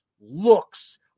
looks